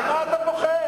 ממה אתה פוחד?